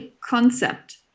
concept